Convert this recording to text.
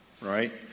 right